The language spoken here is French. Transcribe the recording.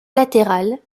latérales